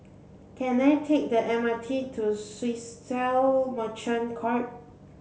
can I take the M R T to Swissotel Merchant Court